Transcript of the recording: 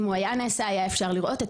אם הוא היה נעשה היה אפשר לראות את